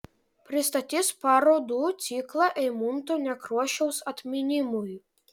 pristatys parodų ciklą eimunto nekrošiaus atminimui